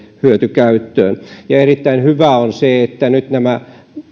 hyötykäyttöön ja erittäin hyvä on se että nyt nämä